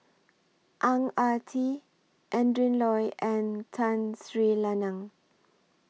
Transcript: Ang Ah Tee Adrin Loi and Tun Sri Lanang